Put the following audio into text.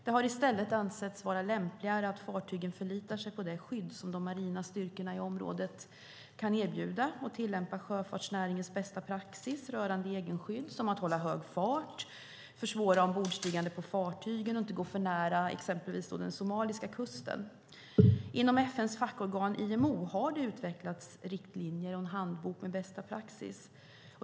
Det har i stället ansetts vara lämpligare att fartygen förlitar sig på det skydd som de marina styrkorna i området kan erbjuda och tillämpar sjöfartsnäringens bästa praxis rörande egenskydd, som att hålla hög fart, försvåra ombordstigande på fartygen och inte gå för nära exempelvis den somaliska kusten. Inom FN:s fackorgan IMO har det utvecklats riktlinjer och en handbok med bästa praxis.